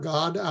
God